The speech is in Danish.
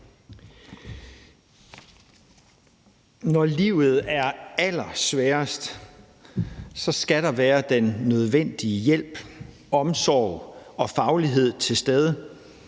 Når livet er allersværest, skal der være den nødvendige hjælp, omsorg og faglighed til stede